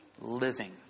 living